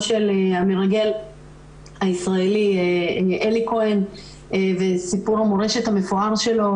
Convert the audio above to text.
של המרגל הישראלי אלי כהן וסיפור המורשת המפואר שלו,